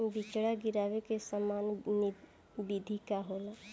बिचड़ा गिरावे के सामान्य विधि का होला?